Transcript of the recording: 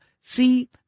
see